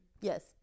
Yes